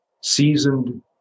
seasoned